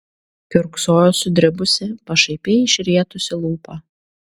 kiurksojo sudribusi pašaipiai išrietusi lūpą